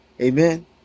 Amen